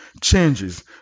changes